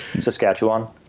Saskatchewan